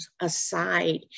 aside